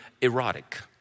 erotic